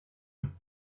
dimoni